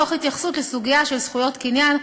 תוך התייחסות לסוגיה של זכויות קניין,